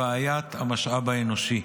הוא בעיית המשאב האנושי.